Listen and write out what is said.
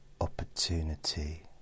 opportunity